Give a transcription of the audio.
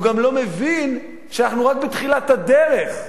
והוא גם לא מבין שאנחנו רק בתחילת הדרך,